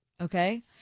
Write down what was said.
okay